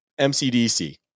MCDC